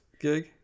gig